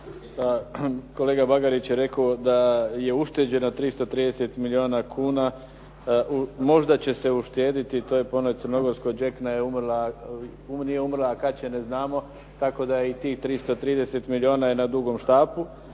Kolega Bagarić je rekao da je ušteđeno 330 milijuna kuna, možda će se uštediti. To je po onoj crnogorskoj "đekna nije umrla, a kad će ne znamo", tako da i tih 330 milijuna je na dugom štapu.